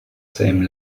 same